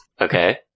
Okay